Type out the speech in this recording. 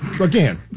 Again